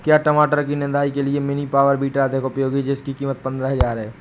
क्या टमाटर की निदाई के लिए मिनी पावर वीडर अधिक उपयोगी है जिसकी कीमत पंद्रह हजार है?